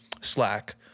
Slack